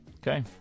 Okay